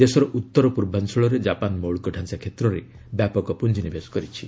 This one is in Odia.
ଦେଶର ଉତ୍ତର ପୂର୍ବାଞ୍ଚଳରେ ଜାପାନ୍ ମୌଳିକ ଡାଞ୍ଚା କ୍ଷେତ୍ରରେ ବ୍ୟାପକ ପୁଞ୍ଜିନିବେଶ କରିଛି